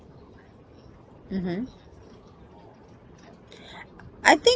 mmhmm I think